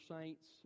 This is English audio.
saints